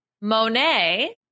Monet